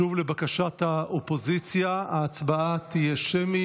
שוב, לבקשת האופוזיציה ההצבעה תהיה שמית.